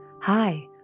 Hi